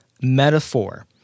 metaphor